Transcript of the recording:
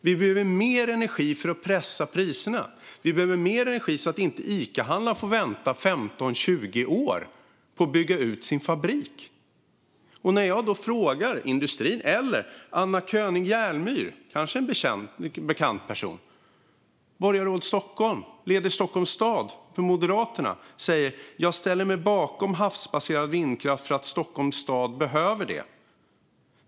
Vi behöver mer energi för att pressa priserna. Vi behöver mer energi så att inte Icahandlaren behöver vänta i 15-20 år på att bygga sin butik. Anna König Jerlmyr kanske är en bekant person. Hon är borgarråd i Stockholm och leder Stockholms stad för Moderaterna. När jag frågar henne säger hon: Jag ställer mig bakom havsbaserad vindkraft, för Stockholms stad behöver det.